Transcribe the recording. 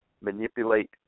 manipulate